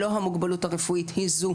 לא המוגבלות הרפואית היא זו